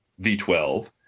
V12